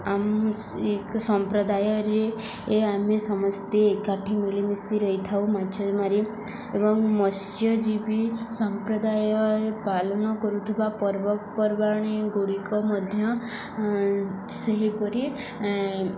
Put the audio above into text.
ଆମ ସମ୍ପ୍ରଦାୟରେ ଆମେ ସମସ୍ତେ ଏକାଠି ମିଳିମିଶି ରହିଥାଉ ମାଛ ମାରି ଏବଂ ମତ୍ସ୍ୟଜୀବି ସମ୍ପ୍ରଦାୟରେ ପାଳନ କରୁଥିବା ପର୍ବପର୍ବାଣୀଗୁଡ଼ିକ ମଧ୍ୟ ସେହିପରି